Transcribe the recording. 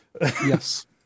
Yes